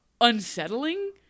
unsettling